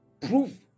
prove